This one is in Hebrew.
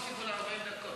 רויטל,